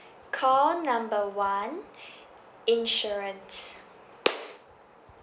call number one insurance